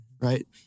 right